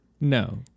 No